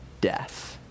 death